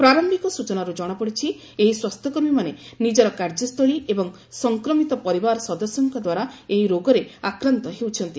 ପ୍ରାର୍ୟିକ ସୂଚନାରୁ ଜଣାପଡିଛି ଏହି ସ୍ୱାସ୍ଥ୍ୟକର୍ମୀମାନେ ନିଜର କାର୍ଯ୍ୟସ୍ଥଳୀ ଏବଂ ସଂକ୍ରମିତ ପରିବାର ସଦସ୍ୟଙ୍କ ଦ୍ୱାରା ଏହି ରୋଗରେ ଆକ୍ରାନ୍ତ ହେଉଛନ୍ତି